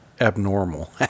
abnormal